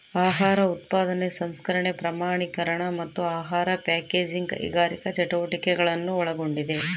ಆಹಾರ ಉತ್ಪಾದನೆ ಸಂಸ್ಕರಣೆ ಪ್ರಮಾಣೀಕರಣ ಮತ್ತು ಆಹಾರ ಪ್ಯಾಕೇಜಿಂಗ್ ಕೈಗಾರಿಕಾ ಚಟುವಟಿಕೆಗಳನ್ನು ಒಳಗೊಂಡಿದೆ